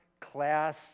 class